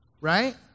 right